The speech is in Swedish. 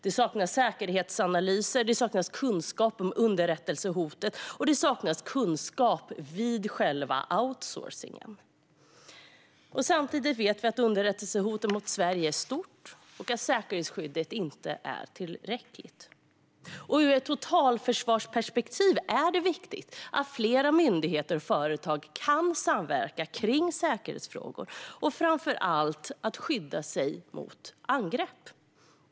Det saknas säkerhetsanalyser, det saknas kunskap om underrättelsehotet och det saknas kunskap vid själva outsourcingen. Samtidigt vet vi att underrättelsehotet mot Sverige är stort och att säkerhetsskyddet inte är tillräckligt. Ur ett totalförsvarsperspektiv är det viktigt att flera myndigheter och företag kan samverka kring säkerhetsfrågor, framför allt när det gäller att skydda sig mot angrepp.